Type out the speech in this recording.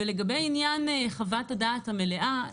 לגבי חוות הדעת המלאה,